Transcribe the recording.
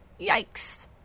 Yikes